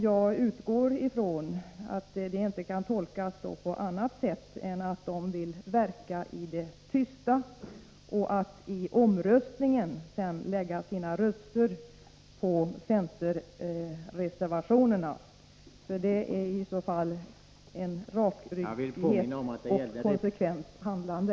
Jag utgår från att detta inte kan tolkas på annat sätt än att de vill verka i det tysta och sedan i omröstningen lägga sina röster på centerreservationerna. Det är i så fall ett rakryggat och konsekvent handlande.